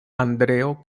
andreo